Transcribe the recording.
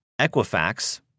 Equifax –